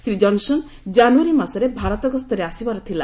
Shri Johnson January ମାସରେ ଭାରତ ଗସ୍ତରେ ଆସିବାର ଥିଲା